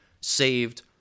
saved